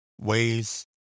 ways